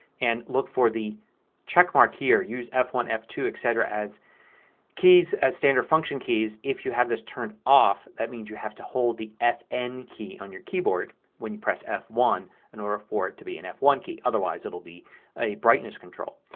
and look for the checkmark here. use f one, f two, etc keys as standard function keys. if you have this turned off that means you have to hold the fn key on your keyboard when you press f one in order for it to be an f one key otherwise it will be a brightness control.